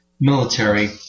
Military